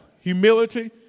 humility